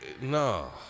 no